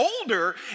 older